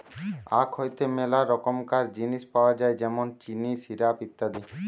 আখ হইতে মেলা রকমকার জিনিস পাওয় যায় যেমন চিনি, সিরাপ, ইত্যাদি